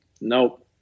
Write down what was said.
nope